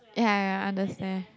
ya ya I understand